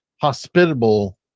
hospitable